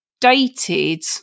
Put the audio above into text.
dated